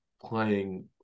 playing